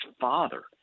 Father